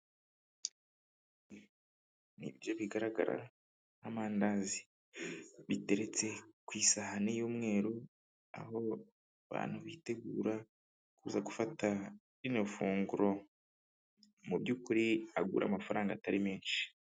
Ibiryo bigaragara nk'amandazi biteretse ku isahani y'umweru aho bantu bitegura kuza gufata rino funguro, mu by'ukuri agura amafaranga atari menshi.